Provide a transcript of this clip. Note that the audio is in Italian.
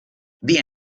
the